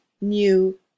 new